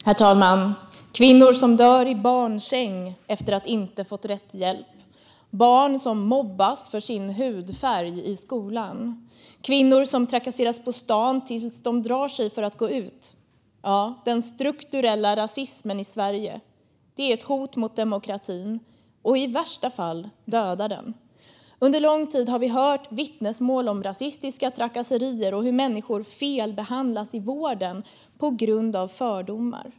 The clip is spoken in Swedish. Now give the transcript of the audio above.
Herr talman! Kvinnor dör i barnsäng efter att inte ha fått rätt hjälp, barn mobbas för sin hudfärg i skolan och kvinnor trakasseras på stan tills de drar sig för att gå ut. Ja, den strukturella rasismen i Sverige är ett hot mot demokratin, och i värsta fall dödar den. Under lång tid har vi hört vittnesmål om rasistiska trakasserier och om hur människor felbehandlas i vården på grund av fördomar.